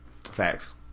Facts